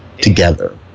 Together